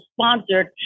sponsored